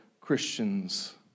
Christians